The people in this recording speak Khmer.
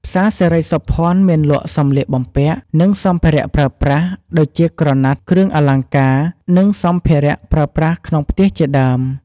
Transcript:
ផ្សារសិរីសោភ័ណមានលក់ សម្លៀកបំពាក់ និងសម្ភារៈប្រើប្រាស់ ដូចជាក្រណាត់ គ្រឿងអលង្ការ និងសម្ភារៈប្រើប្រាស់ក្នុងផ្ទះជាដើម។